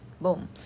boom